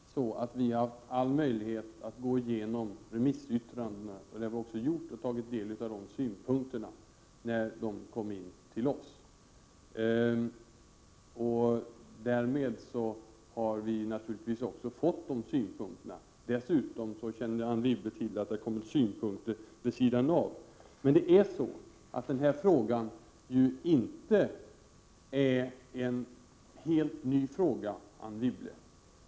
Herr talman! Det är faktiskt så att vi har haft alla möjligheter att gå igenom remissyttrandena. Det har vi också gjort, och vi har tagit del av synpunkterna. Dessutom känner Anne Wibble till att det har kommit synpunkter vid sidan av remissförfarandet. Men det är ju så att den här frågan inte är helt ny, Anne Wibble.